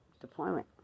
deployment